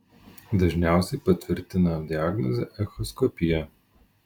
dažniausiai patvirtina diagnozę echoskopija